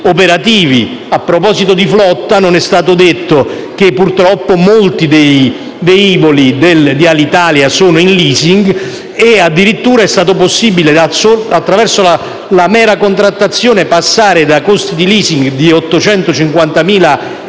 operativi. A proposito di flotta, non è stato detto che, purtroppo, molti velivoli di Alitalia sono in *leasing* e che, addirittura, è stato possibile, attraverso la mera contrattazione, passare da costi di *leasing* di 850.000